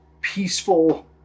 peaceful